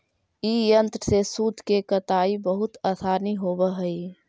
ई यन्त्र से सूत के कताई बहुत आसान होवऽ हई